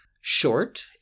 short